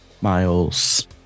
Miles